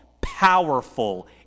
powerful